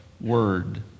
Word